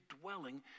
dwelling